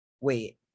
wait